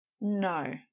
No